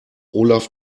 olaf